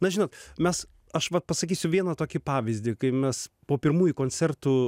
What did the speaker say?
na žinot mes aš vat pasakysiu vieną tokį pavyzdį kai mes po pirmųjų koncertų